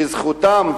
שזכותם,